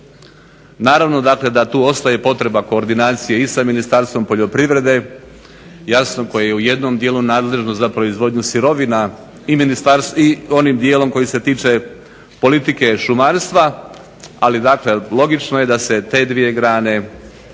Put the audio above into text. Naravno da tu ostaje potreba koordinacije i sa Ministarstvom poljoprivrede, jasno koje je u jednom dijelu nadležno za proizvodnju sirovina i onim dijelom koji se tiče politike šumarstva, ali dakle logično je da se te dvije grane objedine